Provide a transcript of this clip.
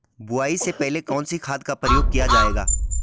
बुआई से पहले कौन से खाद का प्रयोग किया जायेगा?